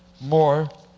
more